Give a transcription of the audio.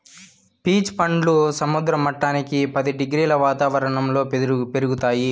peach పండ్లు సముద్ర మట్టానికి పది డిగ్రీల వాతావరణంలో పెరుగుతాయి